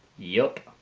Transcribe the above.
yup.